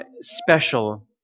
special